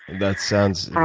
that sounds, wow.